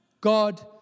God